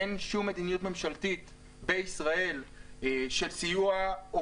אין שום מדיניות ממשלתית בישראל של סיוע או